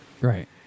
Right